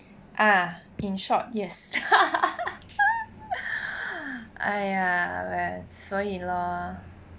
ah in short yes !aiya! wells 所以 lor